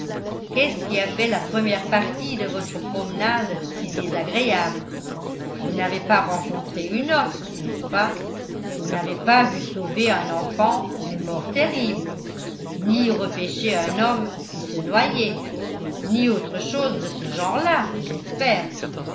qu'est-ce qui a fait la première partie de votre promenade si désagréable vous n'avez pas rencontré une noce n'est-ce pas vous n'avez pas vu sauver un enfant d'une mort terrible ni repêcher un homme qui se noyait ni autre chose de ce genre-là j'espère